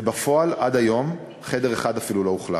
ובפועל, עד היום, חדר אחד אפילו לא אוכלס.